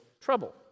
trouble